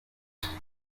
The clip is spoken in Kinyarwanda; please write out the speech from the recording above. yagize